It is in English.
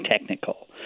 technical